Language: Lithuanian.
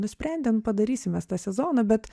nusprendėm padarysim mes tą sezoną bet